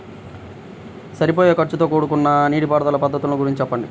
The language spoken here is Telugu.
సరిపోయే ఖర్చుతో కూడుకున్న నీటిపారుదల పద్ధతుల గురించి చెప్పండి?